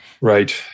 Right